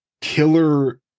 killer